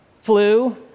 flu